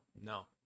No